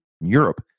europe